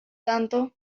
tanto